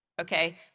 Okay